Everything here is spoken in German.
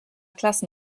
klassen